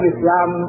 Islam